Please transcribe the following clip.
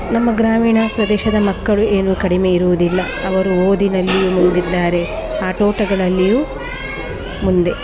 ನಮ್ಮ ಗ್ರಾಮೀಣ ಪ್ರದೇಶದ ಮಕ್ಕಳು ಏನು ಕಡಿಮೆ ಇರುವುದಿಲ್ಲ ಅವರು ಓದಿನಲ್ಲಿ ಮುಂದಿದ್ದಾರೆ ಆಟೋಟಗಳಲ್ಲಿಯು ಮುಂದೆ